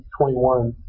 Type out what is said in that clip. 21